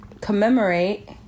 commemorate